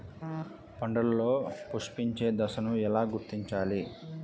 పంటలలో పుష్పించే దశను ఎలా గుర్తించాలి?